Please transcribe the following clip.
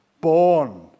born